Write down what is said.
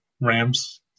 Rams